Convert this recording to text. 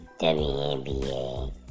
WNBA